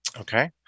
Okay